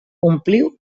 ompliu